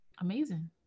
amazing